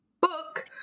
book